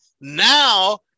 now